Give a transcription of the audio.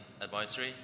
advisory